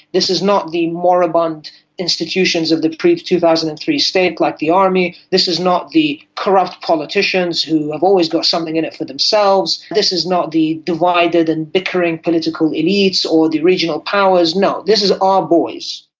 this is not the moribund institutions of the pre two thousand and three state like the army. this is not the corrupt politicians who've always got something in it for themselves. this is not the divided and bickering political elite or the regional powers. no, this is our boys.